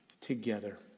Together